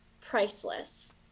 priceless